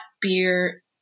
beer